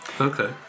Okay